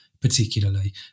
particularly